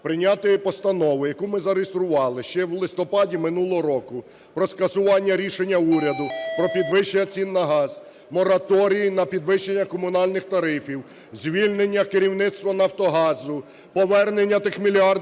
прийняти постанову, яку ми зареєстрували ще в листопаді минулого року, про скасування рішення уряду, про підвищення ціни на газ, мораторій на підвищення комунальних тарифів, звільнення керівництва "Нафтогазу", повернення тих мільярдних